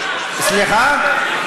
סליחה?